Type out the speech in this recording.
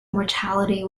mortality